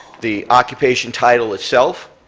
the occupation title itself,